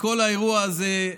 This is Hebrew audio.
וכל האירוע הזה,